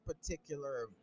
particular